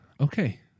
okay